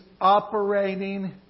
operating